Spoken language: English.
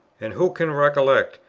and who can recollect,